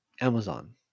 Amazon